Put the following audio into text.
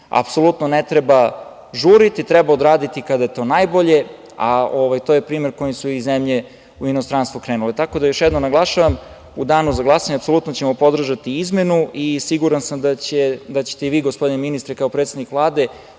apsolutno ne treba žuriti, treba odraditi kada je to najbolje. To je primer kojim su i zemlje u inostranstvu krenule. Još jednom naglašavam, apsolutno ćemo podržati izmenu i siguran sam da ćete i vi, gospodine ministre, kao predsednik Vlade,